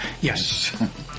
Yes